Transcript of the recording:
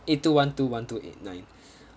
eight two one two one two eight nine